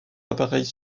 appareils